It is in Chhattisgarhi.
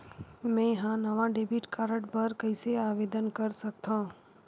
मेंहा नवा डेबिट कार्ड बर कैसे आवेदन कर सकथव?